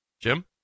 Jim